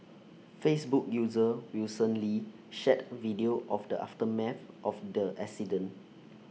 Facebook user Wilson lee shared video of the aftermath of the accident